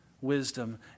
wisdom